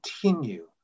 continue